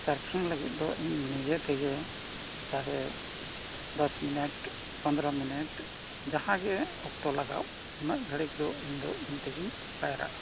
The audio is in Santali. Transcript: ᱥᱟᱨᱯᱷᱤᱝ ᱞᱟᱹᱜᱤᱫ ᱫᱚ ᱤᱧ ᱱᱤᱡᱮ ᱛᱮᱜᱮ ᱪᱟᱦᱮ ᱫᱚᱥ ᱢᱤᱱᱤᱴ ᱯᱚᱱᱫᱽᱨᱚ ᱢᱤᱱᱤᱴ ᱡᱟᱦᱟᱸ ᱜᱮ ᱚᱠᱛᱚ ᱞᱟᱜᱟᱣ ᱩᱱᱟᱹᱜ ᱜᱷᱟᱹᱲᱤᱡ ᱫᱚ ᱤᱧ ᱫᱚ ᱤᱧ ᱛᱮᱜᱮᱧ ᱯᱟᱭᱨᱟᱜᱼᱟ